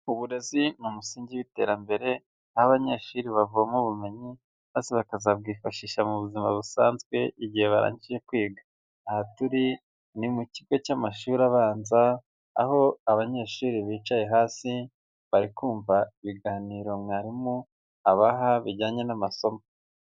Uburezi ni umusingi w'iterambere, aho abanyeshuri bavoma ubumenyi, maze bakazabwifashisha mu buzima busanzwe, igihe barangije kwiga. Aha turi ni mu kigo cy'amashuri abanza, aho abanyeshuri bicaye hasi, bari kumva ibiganiro mwarimu abaha bijyanye n'amasomo.